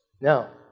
Now